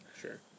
Sure